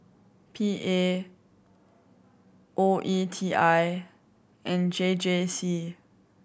P A O E T I and J J C